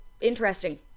interesting